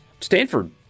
Stanford